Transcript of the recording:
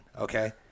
okay